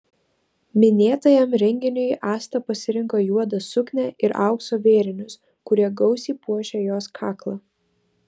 minėtajam renginiui asta pasirinko juodą suknią ir aukso vėrinius kurie gausiai puošė jos kaklą